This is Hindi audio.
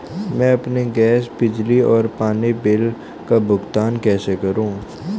मैं अपने गैस, बिजली और पानी बिल का भुगतान कैसे करूँ?